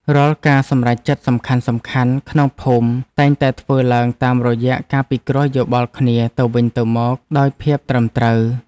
រាល់ការសម្រេចចិត្តសំខាន់ៗក្នុងភូមិតែងតែធ្វើឡើងតាមរយៈការពិគ្រោះយោបល់គ្នាទៅវិញទៅមកដោយភាពត្រឹមត្រូវ។